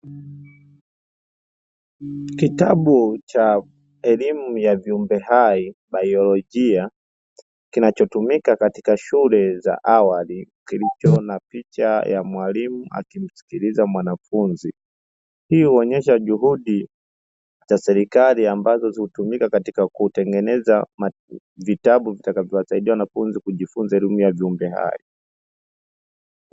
Kitabu cha elimu ya viumbe hai biolojia, kinachotumika katika shule za awali; kilicho na picha ya mwalimu akimsikiliza mwanafunzi. Hii huonyesha juhudi za serikali, ambazo hutumika katika kutengeneza vitabu vitakavyowasaidia wanafunzi kujifunza elimu ya viumbe hai.